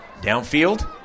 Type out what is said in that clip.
Downfield